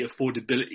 affordability